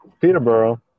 Peterborough